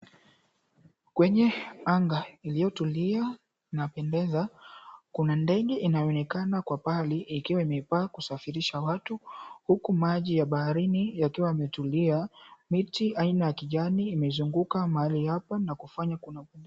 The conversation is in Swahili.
Kwenye anga iliyotulia na pendeza, kuna ndege inayoonekana kwa pale ikiwa imepaa kusafirisha watu, huku maji ya baharini yakiwa yametulia. Miti aina ya kijani imezunguka mahali hapa na kufanya kuna.